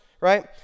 right